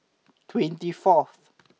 twenty fourth